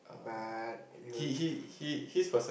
but you